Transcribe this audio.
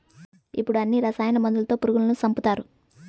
ఇప్పుడు అన్ని రసాయన మందులతో పురుగులను సంపుతారు